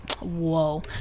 Whoa